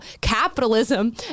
capitalism